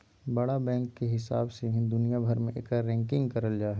बड़ा बैंक के हिसाब से ही दुनिया भर मे एकर रैंकिंग करल जा हय